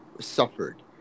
suffered